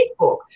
Facebook